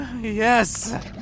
Yes